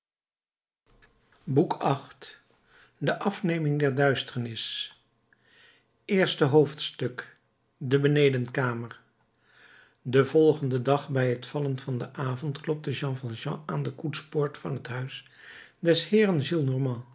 boek viii de afneming der duisternis eerste hoofdstuk de benedenkamer den volgenden dag bij t vallen van den avond klopte jean valjean aan de koetspoort van het huis des heeren